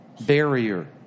barrier